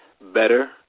better